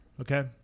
okay